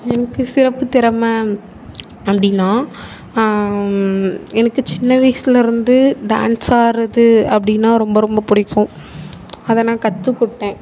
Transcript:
எனக்கு சிறப்பு திறமை அப்படினா எனக்கு சின்ன வயசுலிருந்து டான்ஸ் ஆடுவது அப்படினா ரொம்ப ரொம்ப பிடிக்கும் அதை நான் கற்றுக்குட்டேன்